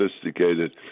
sophisticated